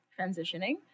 transitioning